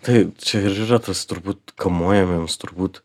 tai čia ir yra tas turbūt kamuojamiems turbūt